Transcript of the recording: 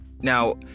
Now